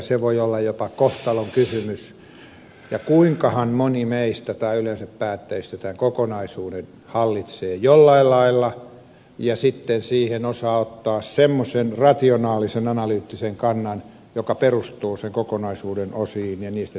se voi olla jopa kohtalonkysymys ja kuinkahan moni meistä tai yleensä päättäjistä tämän kokonaisuuden hallitsee jollain lailla ja sitten siihen osaa ottaa semmoisen rationaalisen analyyttisen kannan joka perustuu sen kokonaisuuden osiin ja niistä tehtäviin päätöksiin